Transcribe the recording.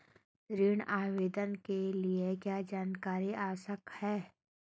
ऋण आवेदन के लिए क्या जानकारी आवश्यक है?